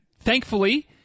thankfully